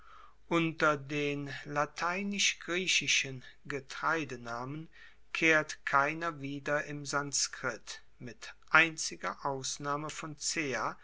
unter den lateinisch griechischen getreidenamen kehrt keiner wieder im sanskrit mit einziger ausnahme von